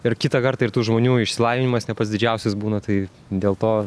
ir kitą kartą ir tų žmonių išsilavinimas ne pats didžiausias būna tai dėl to